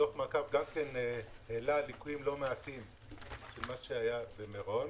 דוח המעקב העלה ליקויים לא מעטים במה שהיה במירון.